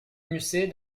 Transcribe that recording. musset